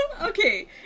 Okay